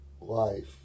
life